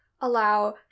allow